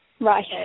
Right